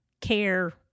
care